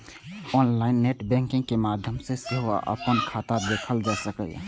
online net banking के माध्यम सं सेहो अपन खाता देखल जा सकैए